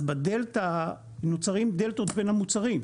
אז נוצרים דלתאות בין המוצרים,